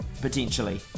potentially